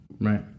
right